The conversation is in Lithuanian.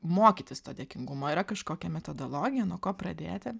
mokytis to dėkingumo yra kažkokia metodologija nuo ko pradėti